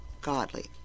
godly